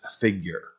figure